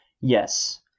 Yes